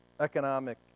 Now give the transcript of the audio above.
economic